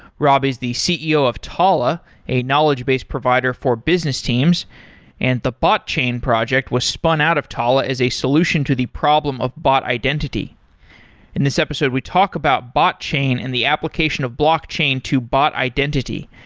rob is the ceo of talla a knowledge-based provider for business teams and the botchain project was spun out of talla, is a solution to the problem of bot identity in this episode, we talk about botchain and the application of blockchain to bot identity,